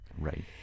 Right